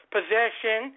possession